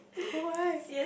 !huh! why